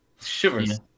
Shivers